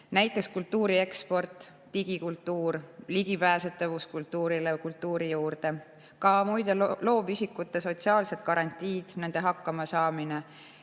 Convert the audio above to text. Näiteks kultuuri eksport, digikultuur, ligipääsetavus kultuuri juurde, ka muide loovisikute sotsiaalsed garantiid, nende hakkamasaamine,